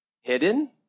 Hidden